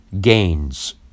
gains